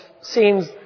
seems